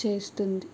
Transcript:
చేస్తుంది